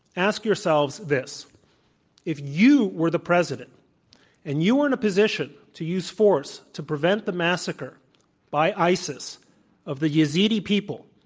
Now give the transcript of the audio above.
ask yourselves this if you were the president and you were in a position to use force to prevent the massacre by isis of the yazidi people,